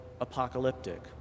apocalyptic